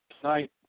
Tonight